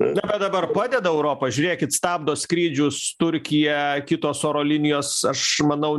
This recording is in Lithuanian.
na dabar padeda europa žiūrėkit stabdo skrydžius turkiją kitos oro linijos aš manau